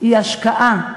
היא השקעה,